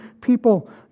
people